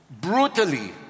brutally